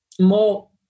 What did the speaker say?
more